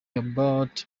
about